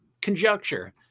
conjecture